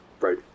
Right